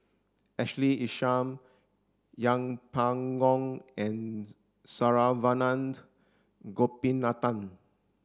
Ashley Isham Yeng Pway Ngon and Saravanan Gopinathan